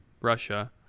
Russia